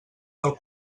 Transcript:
del